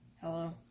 hello